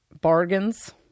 bargains